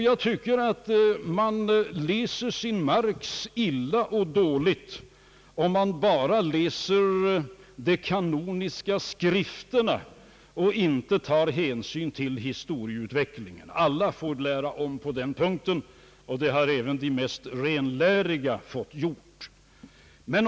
Jag tycker att man läser sin Marx illa och dåligt om man bara läser de kanoniska skrifterna och inte tar hänsyn till historieutvecklingen. Alla får lära om på den punkten. Det har även de mest renläriga fått göra.